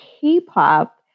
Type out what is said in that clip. K-pop